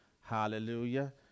Hallelujah